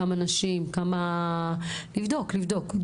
לבדוק לבדוק.